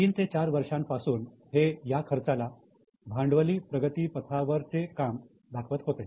तीन ते चार वर्षां पासून ते ह्या खर्चाला भांडवली प्रगतीपथावर चे काम दाखवत होते